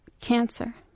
cancer